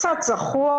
קצת זחוח,